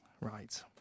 Right